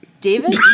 David